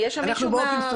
אנחנו באופן שוטף,